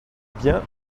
biens